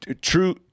true